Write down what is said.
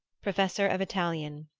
professor of italian.